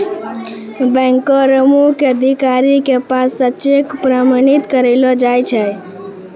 बैंको र मुख्य अधिकारी के पास स चेक प्रमाणित करैलो जाय छै